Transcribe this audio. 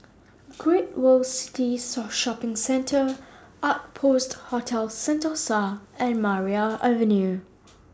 Great World City Sort Shopping Centre Outpost Hotel Sentosa and Maria Avenue